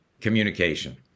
communication